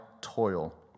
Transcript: toil